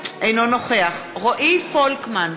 אינו נוכח רועי פולקמן,